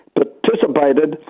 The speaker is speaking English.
participated